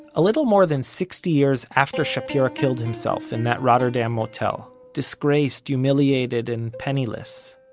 a little more than sixty years after shapira killed himself in that rotterdam motel, disgraced, humiliated and penniless,